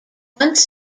once